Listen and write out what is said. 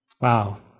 Wow